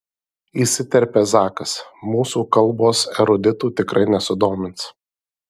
įsiterpia zakas mūsų kalbos eruditų tikrai nesudomins